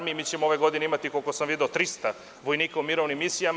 Mi ćemo ove godine imati, koliko sam video, trista vojnika u mirovnim misijama.